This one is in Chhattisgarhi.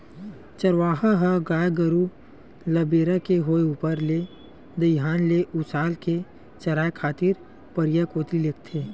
चरवाहा ह गाय गरु ल बेरा के होय ऊपर ले दईहान ले उसाल के चराए खातिर परिया कोती लेगथे